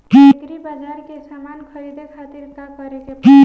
Agri Bazaar से समान ख़रीदे खातिर का करे के पड़ेला?